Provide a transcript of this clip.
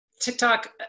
TikTok